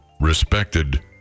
respected